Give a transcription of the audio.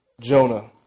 Jonah